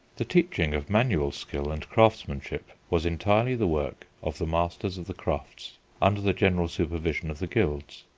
the teaching of manual skill and craftsmanship was entirely the work of the masters of the crafts under the general supervision of the guilds.